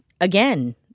again